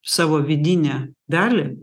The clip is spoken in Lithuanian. savo vidinę dalį